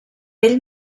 ell